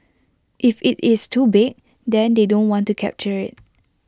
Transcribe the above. if IT is too big then they don't want to capture IT